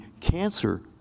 cancer